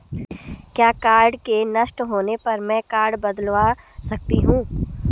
क्या कार्ड के नष्ट होने पर में कार्ड बदलवा सकती हूँ?